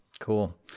Cool